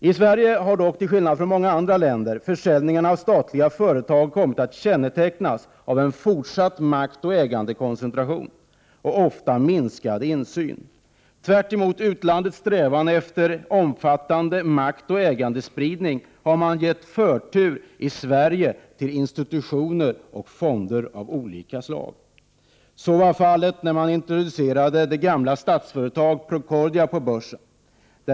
I Sverige har dock, till skillnad från i många andra länder, försäljningarna av statliga företag kommit att kännetecknas av en fortsatt maktoch ägandekoncentration och ofta minskad insyn. Tvärtemot utlandets strävan efter en omfattande maktoch ägandespridning har man i Sverige gett förtur till institutioner och fonder av olika slag. Så var fallet när man introducerade f.d. Statsföretag, Procordia, på börsen.